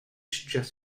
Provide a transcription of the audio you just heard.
should